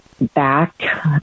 Back